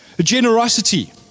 generosity